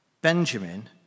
Benjamin